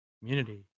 community